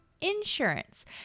insurance